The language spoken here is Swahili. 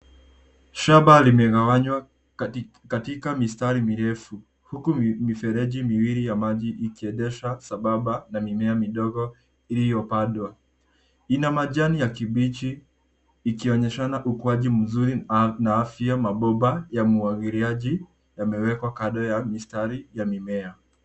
Shamba limegawanywa katika mistari mirefu huku mifereji miwili ya maji ikiendeshwa sambamba na mimea midogo iliopandwa. Ina majani ya kibichi ikionyeshana ukuaji mzuri na afya. Mabomba ya umwagiliaji yamewekwa kando ya mistari ya mimea.